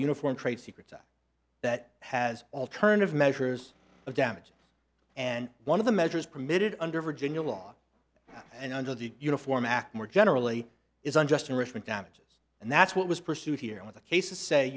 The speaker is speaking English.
uniform trade secrets act that has alternative measures of damages and one of the measures permitted under virginia law and under the uniform act more generally is unjust enrichment damages and that's what was pursued here with a case to say